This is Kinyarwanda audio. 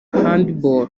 handball